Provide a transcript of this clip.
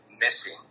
missing